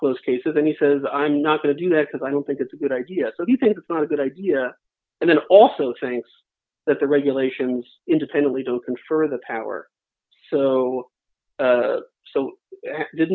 close cases and he says i'm not going to do that because i don't think it's a good idea so you think it's not a good idea and then also thinks that the regulations independently do confer the power so so did